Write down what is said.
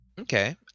okay